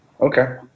okay